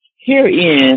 herein